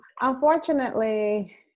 unfortunately